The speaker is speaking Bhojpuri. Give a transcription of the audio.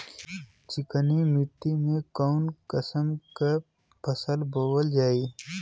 चिकनी मिट्टी में कऊन कसमक फसल बोवल जाई?